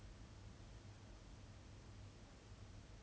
okay but then like let me ask you this question okay